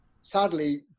sadly